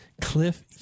Cliff